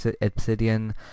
Obsidian